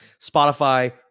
Spotify